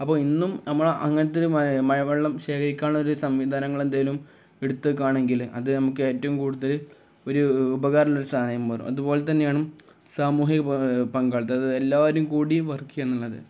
അപ്പോള് ഇന്നും നമ്മള് അങ്ങനത്തെയൊരു മഴവെള്ളം ശേഖരിക്കാനുള്ള ഒരു സംവിധാനങ്ങളെന്തെങ്കിലും എടുത്തുവയ്ക്കുകയാണെങ്കില് അതു നമുക്ക് ഏറ്റവും കൂടുതൽ ഒരു ഉപകാരമുള്ളൊരു സാധനമായി മാറും അതുപോലെ തന്നെയാണ് സാമൂഹിക പങ്കാളിത്തം അതായത് എല്ലാവരും കൂടി വർക്ക് ചെയ്യുക എന്നുള്ളത്